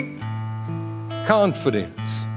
confidence